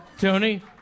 Tony